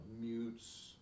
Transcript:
mutes